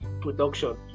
production